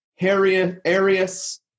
Arius